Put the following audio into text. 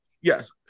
Yes